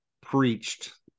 preached